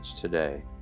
today